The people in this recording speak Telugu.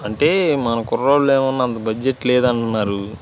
అంటే మన కుర్రోళ్ళు ఏమన్నా అంత బడ్జెట్ లేదంటున్నారు